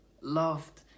loved